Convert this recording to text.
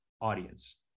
audience